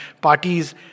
parties